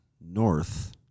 North